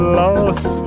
lost